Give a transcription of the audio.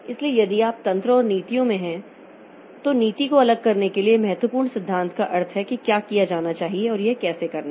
इसलिए यदि आप तंत्र और नीतियों में हैं तो नीति को अलग करने के लिए महत्वपूर्ण सिद्धांत का अर्थ है कि क्या किया जाना चाहिए और यह कैसे करना है